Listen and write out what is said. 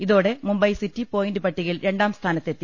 ഇതോടെ Mumbai city point പട്ടിക യിൽ രണ്ടാം സ്ഥാനത്തെത്തി